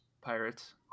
Pirates